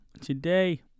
Today